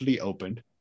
Opened